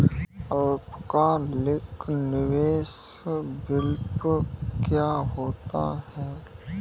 अल्पकालिक निवेश विकल्प क्या होता है?